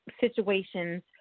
situations